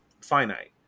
finite